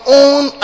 own